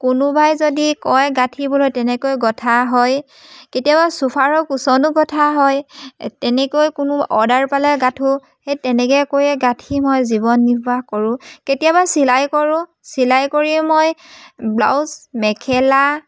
কোনোবাই যদি কয় গাঁঠিবলৈ তেনেকৈ গঁঠা হয় কেতিয়াবা চোফাৰৰ কুচনো গঁঠা হয় তেনেকৈ কোনো অৰ্ডাৰ পালে গাঁঠো সেই তেনেকে কৈয়ে গাঁঠি মই জীৱন নিৰ্বাহ কৰোঁ কেতিয়াবা চিলাই কৰোঁ চিলাই কৰি মই ব্লাউজ মেখেলা